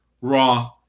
Raw